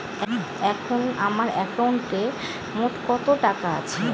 এখন আমার একাউন্টে মোট কত টাকা আছে?